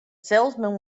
salesman